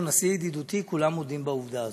הוא נשיא ידידותי, כולם מודים בעובדה הזאת.